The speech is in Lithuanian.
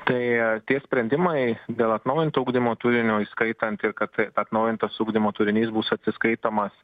tai tie sprendimai dėl atnaujinto ugdymo turinio įskaitant ir kad atnaujintas ugdymo turinys bus atsiskaitomas